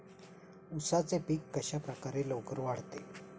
उसाचे पीक कशाप्रकारे लवकर वाढते?